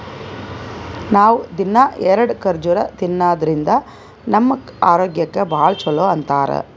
ನಾವ್ ದಿನ್ನಾ ಎರಡ ಖರ್ಜುರ್ ತಿನ್ನಾದ್ರಿನ್ದ ನಮ್ ಆರೋಗ್ಯಕ್ ಭಾಳ್ ಛಲೋ ಅಂತಾರ್